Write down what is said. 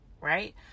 right